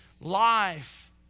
life